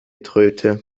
tröte